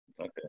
Okay